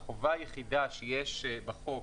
החובה היחידה שיש בחוק,